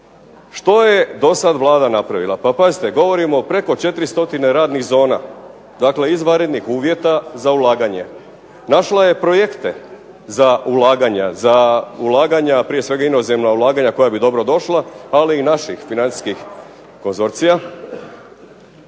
Što je dosad Vlada napravila? Pa pazite, govorimo o preko 4 stotine radnih zona, dakle izvanrednih uvjeta za ulaganje, našla je projekte za ulaganja, za ulaganja, prije svega inozemna ulaganja koja bi dobrodošla, ali i naših financijskih konzorcija.